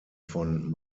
von